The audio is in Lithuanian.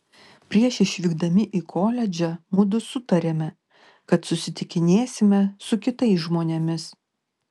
prieš išvykdami į koledžą mudu sutarėme kad susitikinėsime su kitais žmonėmis